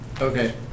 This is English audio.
Okay